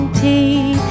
tea